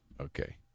Okay